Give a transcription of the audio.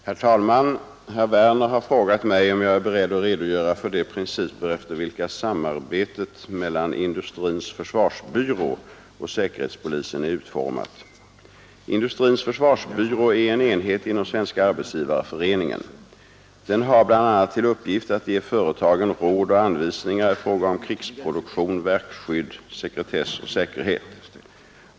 Herr talman! Herr Werner i Tyresö har frågat mig om jag är beredd att redogöra för de principer efter vilka samarbetet mellan Industrins försvarsbyrå och säkerhetspolisen är utformat. Industrins försvarsbyrå är en enhet inom Svenska arbetsgivareföreningen. Den har bl.a. till uppgift att ge företagen råd och anvisningar i fråga om krigsproduktion, verkskydd, sekretess och säkerhet.